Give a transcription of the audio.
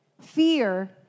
fear